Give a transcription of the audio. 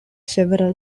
several